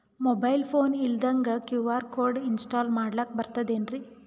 Mobile phone ಇಲ್ದಂಗ QR code install ಮಾಡ್ಲಕ ಬರ್ತದೇನ್ರಿ?